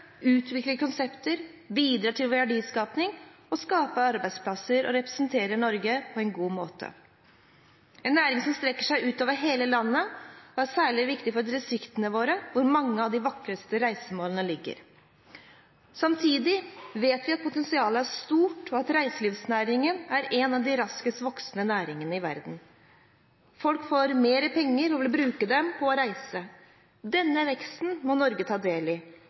konsepter, bidrar til verdiskapning, skaper arbeidsplasser og representerer Norge på en god måte, og en næring som strekker seg ut over hele landet, og som er særlig viktig for distriktene våre, hvor mange av de vakreste reisemålene ligger. Samtidig vet vi at potensialet er stort, og at reiselivsnæringen er en av de raskest voksende næringene i verden. Folk får mer penger og vil bruke dem på å reise. Denne veksten må Norge ta del i,